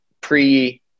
pre